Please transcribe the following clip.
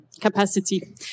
Capacity